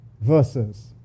verses